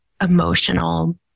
emotional